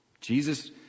Jesus